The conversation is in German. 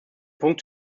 punkt